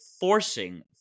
forcing